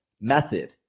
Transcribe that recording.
method